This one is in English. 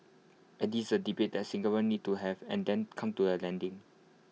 and this is A debate that Singaporeans need to have and then come to A landing